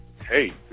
Hey